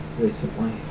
recently